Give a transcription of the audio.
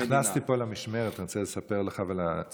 כשנכנסתי פה למשמרת, אני רוצה לספר לך ולצופים,